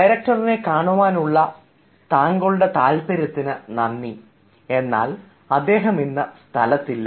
ഡയറക്ടറിനെ കാണുവാനുള്ള താങ്കളുടെ താൽപ്പര്യത്തിന് നന്ദി എന്നാൽ അദ്ദേഹം ഇന്ന് സ്ഥലത്തില്ല